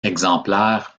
exemplaires